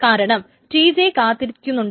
കാരണം Tj കാത്തിരിക്കുന്നുണ്ടായിരുന്നു